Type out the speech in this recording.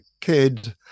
kid